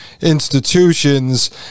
institutions